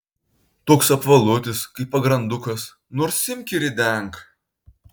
toks apvalutis kaip pagrandukas nors imk ir ridenk